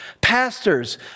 pastors